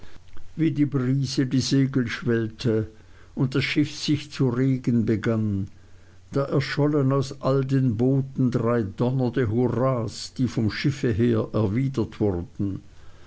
wie die brise die segel schwellte und das schiff sich zu regen begann da erschollen aus all den booten drei donnernde hurras die vom schiffe her erwidert wurden